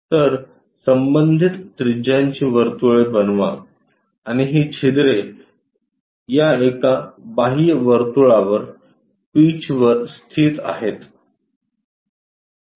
तर संबंधित त्रिज्यांची वर्तुळे बनवा आणि ही छिद्रे या एका बाह्य वर्तुळावरपीचवर स्थित आहेत